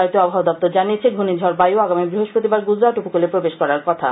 ভারতীয় আবহাওয়া দপ্তর জানিয়েছে ঘূর্ণিঝড় বায়ু আগামী বৃহস্পতিবার গুজরাট উপকূলে প্রবেশ করার কথা